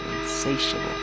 insatiable